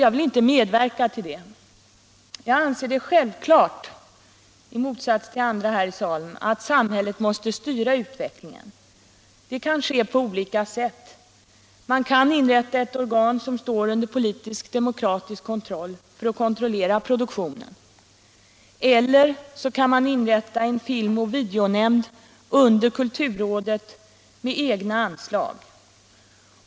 Jag vill inte medverka till detta. Jag anser det självklart — i motsats till andra här i salen — att samhället måste styra utvecklingen. Det kan ske på olika sätt. Man kan inrätta ett organ, som står under politisk, demokratisk kontroll, för att kontrollera produktionen. Man kan också inrätta en film och videonämnd under kulturrådet med egna anslag.